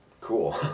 cool